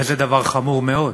וזה דבר חמור מאוד.